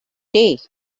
day